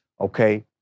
okay